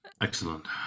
Excellent